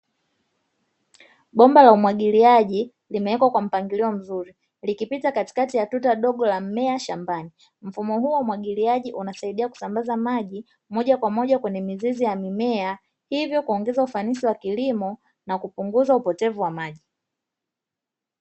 Bomba la umwagiliaji limewekwa kwa mpangilio mzuri likipita katikati ya tuta dogo la mmea shambani, mfumo huu wa umwagiliaji unasaidia kusambaza maji moja kwa moja kwenye mizizi ya mimea hivyo kuongeza ufanisi wa kilimo na kupunguza upotevu wa maji.